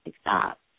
stop